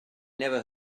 never